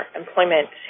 employment